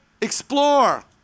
explore